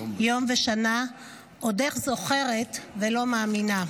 יום ושנה/ עודך זוכרת ולא מאמינה".